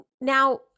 Now